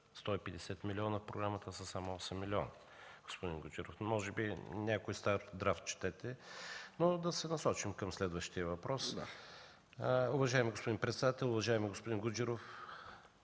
150 милиона в програмата, а са само 8 милиона, господин Гуджеров. Може би някой стар драфт четете. Но да се насочим към следващия въпрос. Уважаеми господин председател, уважаеми господин Гуджеров!